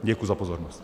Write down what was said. Děkuji za pozornost.